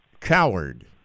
coward